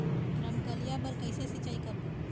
रमकलिया बर कइसे सिचाई करबो?